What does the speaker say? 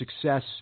success